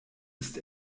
ist